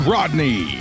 Rodney